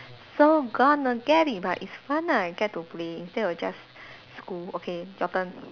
so gonna get it but it's fun ah I get to play instead of just school okay your turn